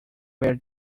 where